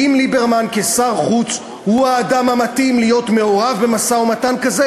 האם ליברמן כשר חוץ הוא האדם המתאים להיות מעורב במשא-ומתן כזה,